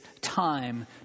time